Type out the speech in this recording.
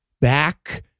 back